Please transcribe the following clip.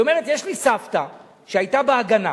היא אומרת: יש לי סבתא שהיתה ב"הגנה",